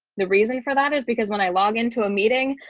the reason for that is because when i log into a meeting,